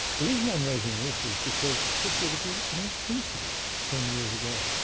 the reason i'm raising this is because this would have been unthinkable ten years ago,